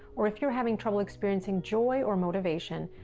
or if you're having trouble experiencing joy or motivation,